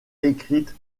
écrite